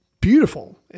beautiful